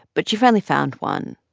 but she finally found one.